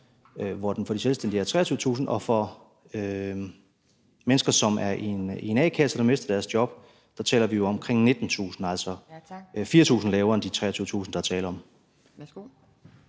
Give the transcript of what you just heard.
hvor den for de selvstændige er 23.000 kr., og for mennesker, der er i en a-kasse og mister deres job, taler vi jo om omkring 19.000 kr., altså 4.000 kr. lavere end de 23.000 kr., der er tale om.